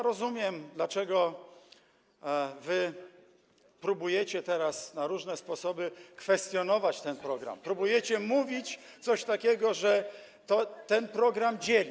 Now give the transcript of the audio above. Rozumiem, dlaczego próbujecie teraz na różne sposoby kwestionować ten program, próbujecie mówić, że ten program dzieli.